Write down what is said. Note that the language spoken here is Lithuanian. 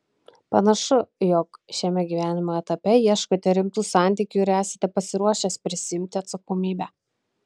panašu jog šiame gyvenimo etape ieškote rimtų santykių ir esate pasiruošęs prisiimti atsakomybę